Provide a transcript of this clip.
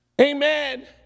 amen